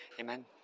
Amen